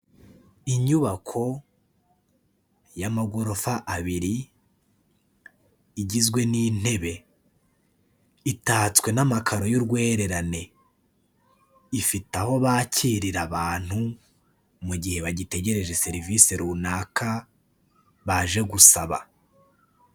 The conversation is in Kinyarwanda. Inyubako y'amagorofa abiri igizwe n'intebe itatswe n'amakaro y'urwererane ifite aho bakirira abantu mu gihe bagitegereje serivisi runaka baje gusaba.